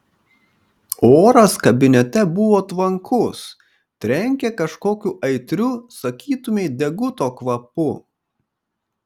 oras kabinete buvo tvankus trenkė kažkokiu aitriu sakytumei deguto kvapu